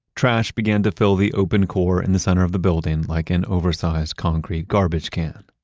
trash began to fill the open core in the center of the building like an oversize concrete garbage can.